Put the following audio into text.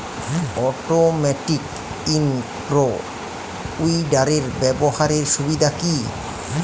Automatic in row উইডারের ব্যবহারের সুবিধা কি?